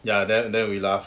ya then then we laugh